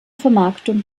vermarktung